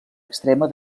extrema